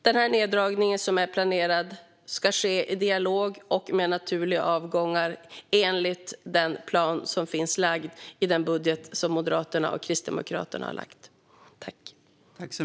Den neddragning som är planerad ska ske i dialog och med naturliga avgångar enligt den plan som finns i den budget som Moderaterna och Kristdemokraterna lagt fram.